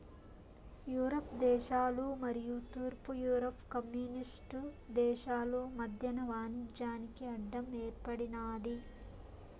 Europe దేశాలు మరియు తూర్పు యూరప్ కమ్యూనిస్టు దేశాలు మధ్యన వాణిజ్యానికి అడ్డం ఏర్పడినాది